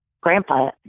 grandpa